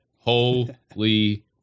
Holy